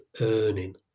earning